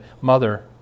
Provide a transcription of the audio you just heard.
mother